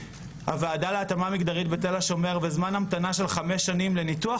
הוועדה להתאמה מגדרית בתל השומר וזמן המתנה של חמש שנים לניתוח